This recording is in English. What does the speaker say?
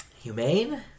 humane